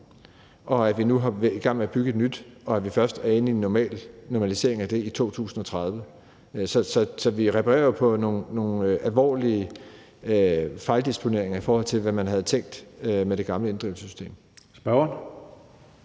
og vi nu er i gang med at bygge et nyt og vi først er inde i en normalisering af det i 2030. Så vi reparerer jo på nogle alvorlige fejldisponeringer, i forhold til hvad man havde tænkt med det gamle inddrivelsessystem. Kl.